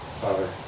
Father